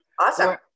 awesome